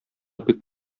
бик